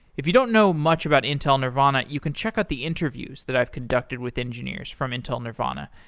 if you don't know much about intel nervana, you can check out the interviews that i've conducted with engineers from intel nervana,